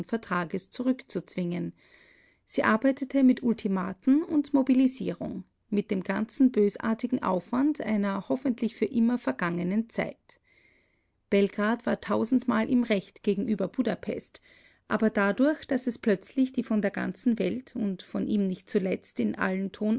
trianon-vertrages zurückzuzwingen sie arbeitete mit ultimaten und mobilisierung mit dem ganzen bösartigen aufwand einer hoffentlich für immer vergangenen zeit belgrad war tausendmal im recht gegenüber budapest aber dadurch daß es plötzlich die von der ganzen welt und von ihm nicht zuletzt in allen